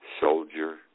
soldier